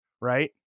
right